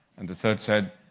and the third said,